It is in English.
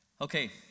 Okay